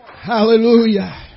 Hallelujah